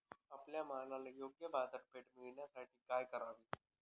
आपल्या मालाला योग्य बाजारपेठ मिळण्यासाठी काय करावे?